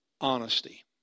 honesty